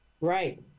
Right